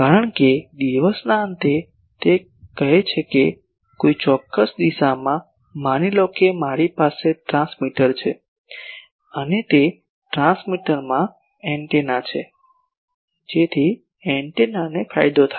કારણ કે દિવસના અંતે તે કહે છે કે કોઈ ચોક્કસ દિશામાં માની લો કે મારી પાસે ટ્રાન્સમીટર છે અને તે ટ્રાન્સમીટરમાં એન્ટેના છે જેથી એન્ટેનાને ફાયદો થાય